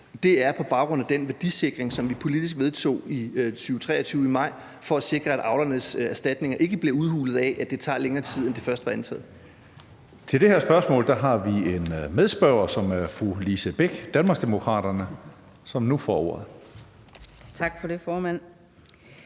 med, er på baggrund af den værdisikring, som vi politisk vedtog i maj 2023 for at sikre, at avlernes erstatninger ikke blev udhulet af, at det tager længere tid, end det først var antaget. Kl. 15:58 Tredje næstformand (Karsten Hønge): Til det her spørgsmål har vi en medspørger, fru Lise Bech, Danmarksdemokraterne, som nu får ordet. Kl. 15:58 Lise